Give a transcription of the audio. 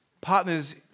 Partners